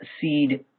Seed